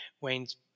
Wayne's